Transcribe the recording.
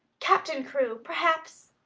captain crewe. perhaps,